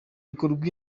rwumva